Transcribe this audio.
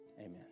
Amen